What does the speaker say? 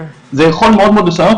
זה יכול מאוד לשנות,